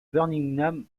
birmingham